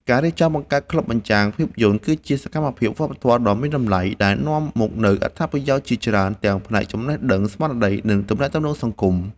ការរៀបចំបង្កើតក្លឹបបញ្ចាំងភាពយន្ត គឺជាសកម្មភាពវប្បធម៌ដ៏មានតម្លៃ ដែលនាំមកនូវអត្ថប្រយោជន៍ជាច្រើនទាំងផ្នែកចំណេះដឹង ស្មារតី និងទំនាក់ទំនងសង្គម។